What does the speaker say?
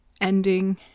Ending